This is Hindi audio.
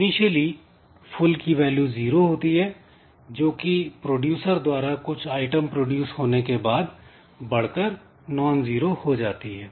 इनिशियली फुल की वैल्यू जीरो होती है जोकि प्रोड्यूसर द्वारा कुछ आइटम प्रोड्यूस होने के बाद बढ़कर नॉन जीरो हो जाती है